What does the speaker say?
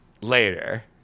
Later